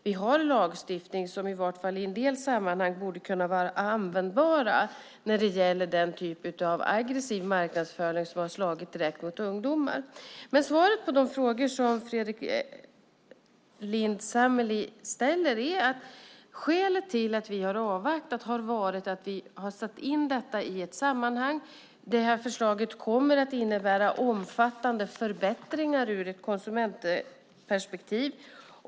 Vi har en lagstiftning som borde kunna vara användbar i en del sammanhang när det gäller den typ av aggressiv marknadsföring som har slagit direkt mot ungdomar. Svaret på de frågor som Fredrik Lundh Sammeli ställer är att skälet till att vi har avvaktat är att vi har satt in detta i ett sammanhang. Förslaget kommer att innebära omfattande förbättringar ur ett konsumentperspektiv.